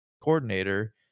coordinator